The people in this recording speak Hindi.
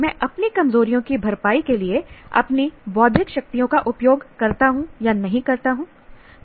मैं अपनी कमजोरियों की भरपाई के लिए अपनी बौद्धिक शक्तियों का उपयोग करता हूं नहीं करता हूं